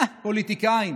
אה, פוליטיקאים,